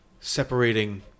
separating